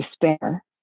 despair